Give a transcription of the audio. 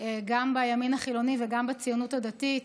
גם בימין החילוני וגם בציונות הדתית,